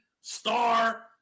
star